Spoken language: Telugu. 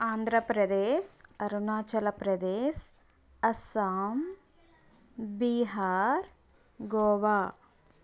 ఆంధ్రప్రదేశ్ అరుణాచల ప్రదేశ్ అస్సాం బీహార్ గోవా